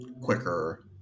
quicker